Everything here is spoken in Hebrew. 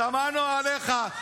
שמענו עליך,